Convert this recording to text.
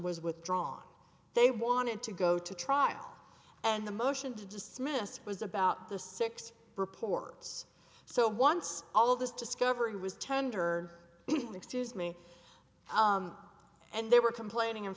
was withdrawn they wanted to go to trial and the motion to dismiss was about the six reports so once all of this discovery was tender excuse me and they were complaining and